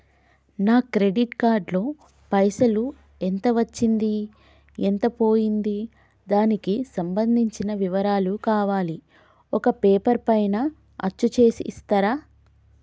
నా credit card లో పైసలు ఎంత వచ్చింది ఎంత పోయింది దానికి సంబంధించిన వివరాలు కావాలి ఒక పేపర్ పైన అచ్చు చేసి ఇస్తరా?